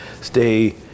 stay